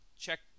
check